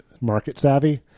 Market-savvy